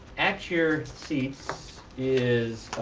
at your seats is